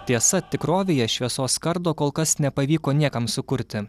tiesa tikrovėje šviesos kardo kol kas nepavyko niekam sukurti